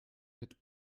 mit